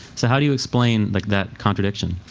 so how do you explain like that contradiction?